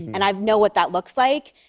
and i know what that looks like,